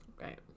Right